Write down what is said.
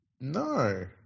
No